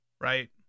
right